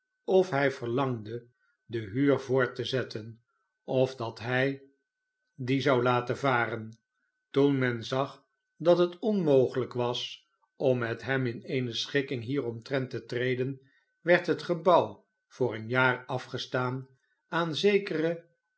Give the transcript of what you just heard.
of hij verlangde de huur voort te zetten of dat hij die zou laten varen toen men zag dat het onmogelijk was om met hem in eene schikking hieromtrent te treden werd het gebouw voor een jaar afgestaan aan zekeren